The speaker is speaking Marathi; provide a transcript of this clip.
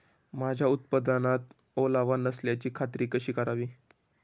माझ्या उत्पादनात ओलावा नसल्याची खात्री कशी करावी?